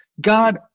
God